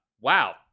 Wow